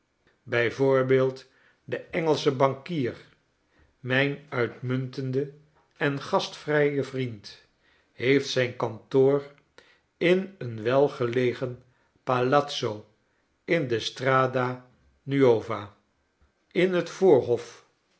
de engelsche bankier mijn uitmuntende en gastvrije vriend heeft zijn kantoor in een welgelegen palazzo in de strada n uo v a in het voorhof